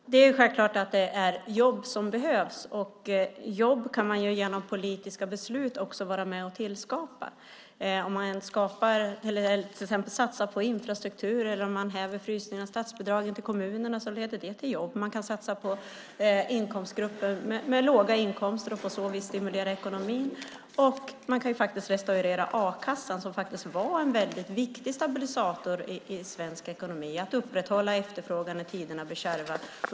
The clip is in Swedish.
Fru talman! Det är självklart att det är jobb som behövs. Man kan genom politiska beslut vara med om att skapa jobb. Om man till exempel satsar på infrastruktur eller häver frysningen av statsbidragen till kommunerna leder det till jobb. Man kan satsa på grupper med låga inkomster och på så vis stimulera ekonomin. Man kan restaurera a-kassan. Det var en väldigt viktig stabilisator i svensk ekonomi för att upprätthålla efterfrågan när tiderna blir kärva.